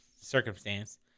circumstance